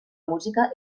música